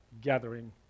gathering